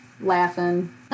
laughing